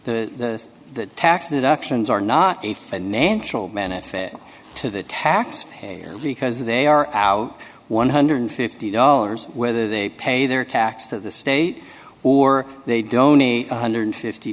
the tax deductions are not a financial benefit to the taxpayer because they are out one hundred and fifty dollars whether they pay their tax to the state or they donate one hundred and fifty